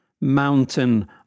mountain